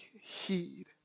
heed